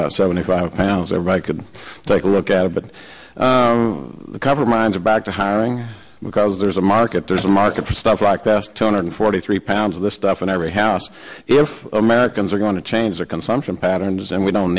about seventy five pounds ever i could take a look at it but the cover mines are back to hiring because there's a market there's a market for stuff like that s two hundred forty three pounds of this stuff in every house if americans are going to change their consumption patterns and we don't